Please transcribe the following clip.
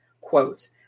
Quote